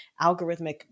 algorithmic